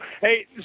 Hey